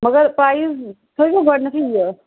مَگر تھٲیوُ گۄڈٕنیتھٕے یہِ